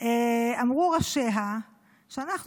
אמרו ראשיה שאנחנו,